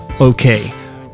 okay